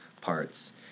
parts